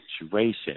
situation